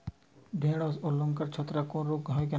ঢ্যেড়স ও লঙ্কায় ছত্রাক রোগ কেন হয়?